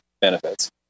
benefits